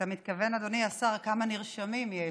מתכוון, אדוני השר, כמה נרשמים יש.